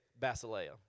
Basileia